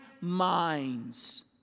minds